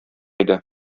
иде